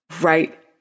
right